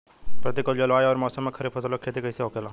प्रतिकूल जलवायु अउर मौसम में खरीफ फसलों क खेती कइसे हो सकेला?